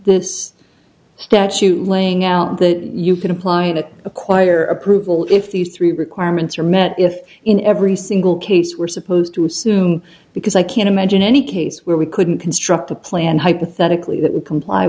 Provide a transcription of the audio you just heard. this statute laying out that you can apply to acquire approval if these three requirements are met if in every single case we're supposed to assume because i can't imagine any case where we couldn't construct a plan hypothetically that